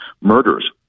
Murders